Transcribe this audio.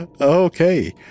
Okay